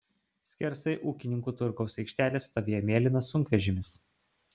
skersai ūkininkų turgaus aikštelės stovėjo mėlynas sunkvežimis